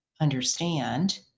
understand